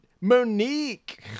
Monique